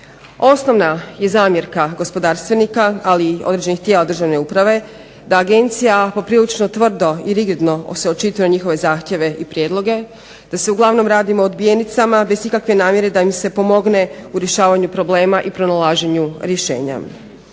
Osnovna je zamjerka gospodarstvenika, ali i određenih tijela državne uprave da Agencija poprilično tvrdo i rigidno se očituje o njihove zahtjeve i prijedloge, da se uglavnom radi o odbijenicama bez ikakve namjere da im se pomogne u rješavanju problema i pronalaženju rješenja.